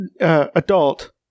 adult